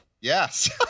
yes